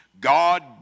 God